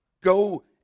Go